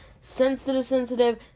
sensitive-sensitive